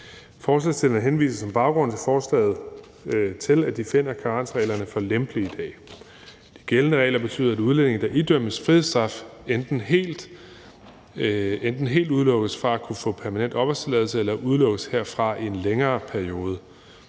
Forslagsstillerne henviser som baggrund for forslaget til, at de finder karensreglerne for lempelige i dag. De gældende regler betyder, at udlændinge, der idømmes frihedsstraf, enten helt udelukkes fra at kunne få permanent opholdstilladelse eller udelukkes herfra i en længere periode.